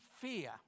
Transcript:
fear